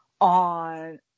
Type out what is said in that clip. on